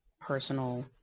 personal